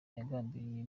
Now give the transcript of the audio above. yagambiriye